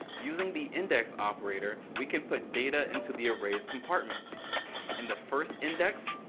using the index operator we can put data into the array's compartments in the first index,